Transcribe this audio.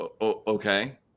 Okay